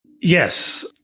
Yes